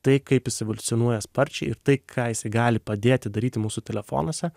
tai kaip jis evoliucionuoja sparčiai ir tai ką jisai gali padėti daryti mūsų telefonuose